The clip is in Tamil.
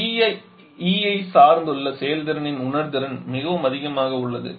TE ஐ சார்ந்துள்ள செயல்திறனின் உணர்திறன் மிகவும் அதிகமாக உள்ளது